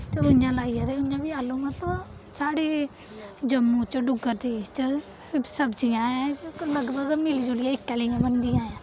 ते उ'आं लाइयै ते उ'आं बी आलू मतलब साढ़े जम्मू च डुग्गर देश च सिर्फ सब्जियां ऐं लगभग मिली जुलियै इक्कै जेहियां बनदियां ऐं